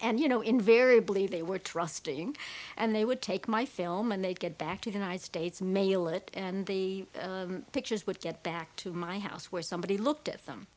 and you know invariably they were trusting and they would take my film and they'd get back to the united states mail it and the pictures would get back to my house where somebody looked at